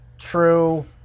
True